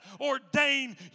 ordained